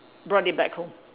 brought it back home